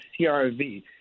CRV